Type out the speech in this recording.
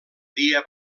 dia